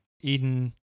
Eden